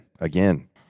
again